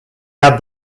had